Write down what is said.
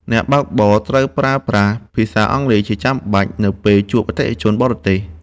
អ្នកបើកបរត្រូវប្រើប្រាស់ភាសាអង់គ្លេសជាចាំបាច់ នៅពេលជួបអតិថិជនបរទេស។